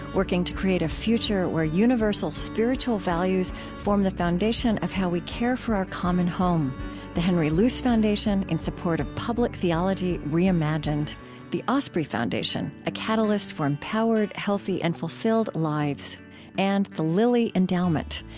working to create a future where universal spiritual values form the foundation of how we care for our common home the henry luce foundation, in support of public theology reimagined the osprey foundation, foundation, a catalyst for empowered, healthy, and fulfilled lives and the lilly endowment,